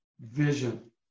vision